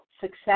Success